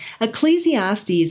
Ecclesiastes